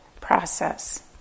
process